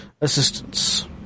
assistance